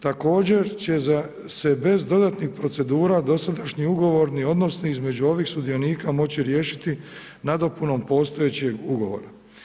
Također će se bez dodatnih procedura dosadašnji ugovorni odnosi između ovih sudionika moći riješiti nadopunom postojećeg ugovora.